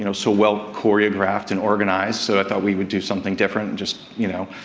you know so well choreographed and organized, so i thought we would do something different and just, you know,